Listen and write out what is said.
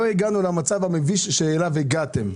לא הגענו למצב המביש שאליו הגעתם,